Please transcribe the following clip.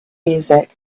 music